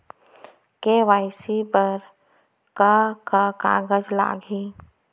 KYC बर का का कागज लागही?